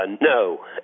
No